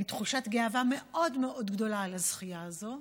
עם תחושת גאווה מאוד מאוד גדולה על הזכייה הזאת.